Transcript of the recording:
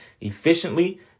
efficiently